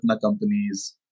companies